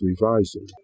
revising